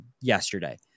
yesterday